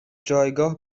جایگاه